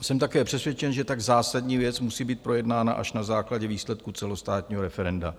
Jsem také přesvědčen, že tak zásadní věc musí být projednána až na základě výsledků celostátního referenda.